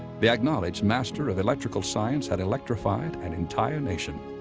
the acknowledged master of electrical science had electrified an entire nation.